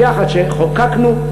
ויחד כשחוקקנו,